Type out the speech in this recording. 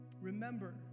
remember